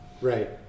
right